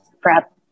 PrEP